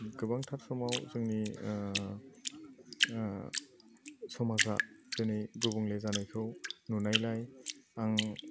गोबांथार समाव जोंनि समाजा दिनै गुबुंले जानायखौ नुनायलाय आं